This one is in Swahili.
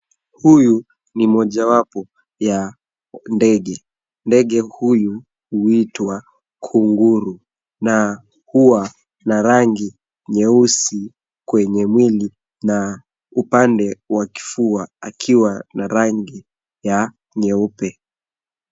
Huyu ni mojawapo ya ndege. Ndege huyu huitwa kunguru na huwa na rangi nyeusi kwenye mwili na upande wa kifua na akiwa na rangi ya nyeupe.